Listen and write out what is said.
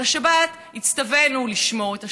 הצטווינו לשמור את השבת,